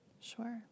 Sure